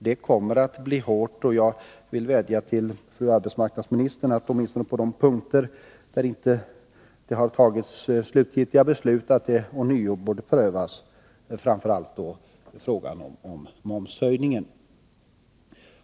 Det kommer att bli hårt, och jag vill vädja till arbetsmarknadsministern att åtminstone på de punkter där slutgiltiga beslut inte har fattats ånyo pröva ställningstagandena, framför allt frågan om momshöjningen.